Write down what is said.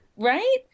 Right